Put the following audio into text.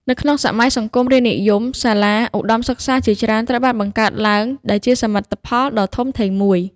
នៅក្នុងសម័យសង្គមរាស្រ្តនិយម សាលាឧត្ដមសិក្សាជាច្រើនត្រូវបានបង្កើតឡើង ដែលជាសមិទ្ធផលដ៏ធំធេងមួយ។